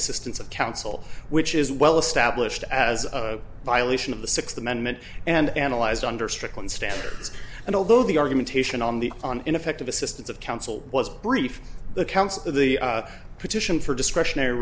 assistance of counsel which is well established as a violation of the sixth amendment and analyzed under strickland standards and although the argumentation on the on ineffective assistance of counsel was brief the counsel of the petition for discretionary